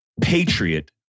Patriot